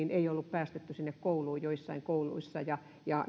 päästetty sinne kouluun joissain kouluissa ja